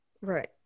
Right